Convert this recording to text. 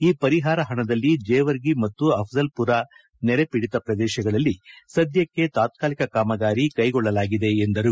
ಈ ಪರಿಹಾರ ಹಣದಲ್ಲಿ ಜೇವರ್ಗಿ ಮತ್ತು ಅಘಜಲವುರ ನೆರೆಪೀಡಿತ ಪ್ರದೇಶಗಳಲ್ಲಿ ಸದ್ದಕ್ಕೆ ತಾತ್ಕಾಲಿಕ ಕಾಮಗಾರಿ ಕೈಗೊಳ್ಳಲಾಗಿದೆ ಎಂದರು